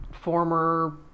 former